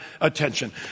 attention